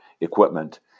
equipment